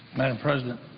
madam president?